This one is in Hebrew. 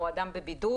או אדם בבידוד,